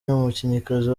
umukinnyikazi